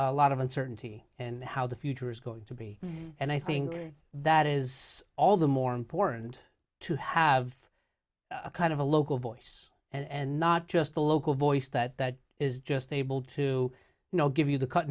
a lot of uncertainty and how the future is going to be and i think that is all the more important to have a kind of a local voice and not just a local voice that that is just able to you know give you the cut